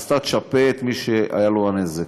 אתה תשפה את מי שהיה לו נזק.